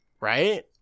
right